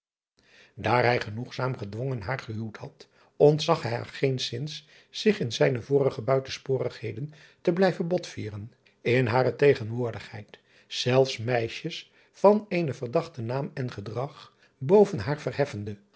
aar hij genoegzaam gedwongen haar gehuwd had ontzag hij geenszins zich in zijne vorige buitensporigheden te blijven botvieren in hare tegenwoordigheid zelfs meisjes van eenen verdachten naam en gedrag boven haar verheffende